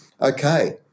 Okay